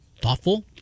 thoughtful